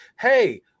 hey